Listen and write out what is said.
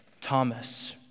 Thomas